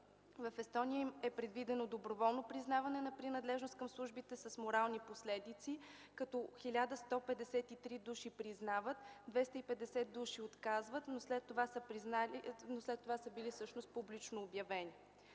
В Естония е предвидено доброволно признаване на принадлежност към службите с морални последици, като 1153 души признават, 250 души отказват, но след това са били публично обявени.